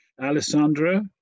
Alessandra